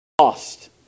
lost